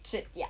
这 ya